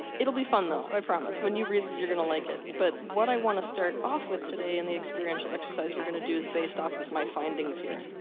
it'll be fun thought. i promise. when you read this you're gonna like it. but, what i wanna start off with today, in the experiential exercise we're gonna do is based off of my findings here.